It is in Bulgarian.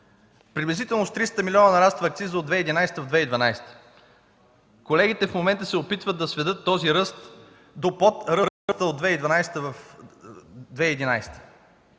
Приблизително с 300 милиона нараства акцизът от 2011 г. в 2012 г. Колегите в момента се опитват да сведат този ръст до под ръста от 2012 г.